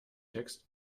text